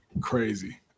crazy